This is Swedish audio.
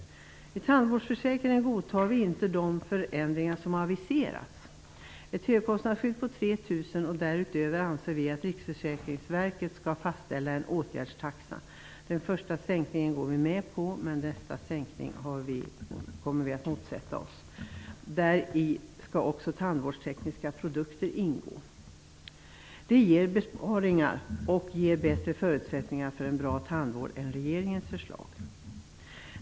Vi godtar inte de förändringar som har aviserats i tandvårdsförsäkringen. Det skall finnas ett högkostnadsskydd på 3 000 kr. Därutöver anser vi att Riksförsäkringsverket skall fastställa en åtgärdstaxa. Den första sänkningen går vi med på, men nästa sänkning kommer vi att motsätta oss. Däri skall också tandvårdstekniska produkter ingå. Det ger besparingar och bättre förutsättningar för en bra tandvård än med regeringens förslag.